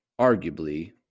arguably